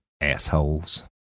Assholes